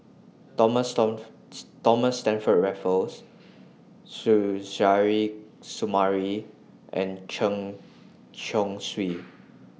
Thomas Stamford Raffles Suzairhe Sumari and Chen Chong Swee